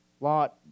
Lot